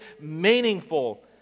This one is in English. meaningful